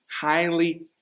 highly